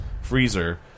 freezer